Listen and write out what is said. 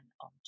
on